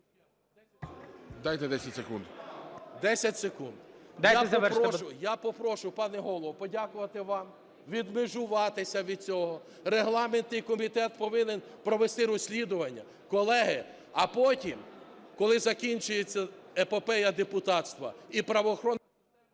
С.І. 10 секунд. Я попрошу, пане Голово, подякувати вам, відмежуватися від цього. Регламентний комітет повинен провести розслідування. Колеги, а потім, коли закінчиться епопея депутатства і правоохоронні…